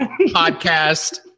podcast